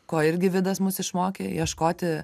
ko irgi vidas mus išmokė ieškoti